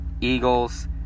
Eagles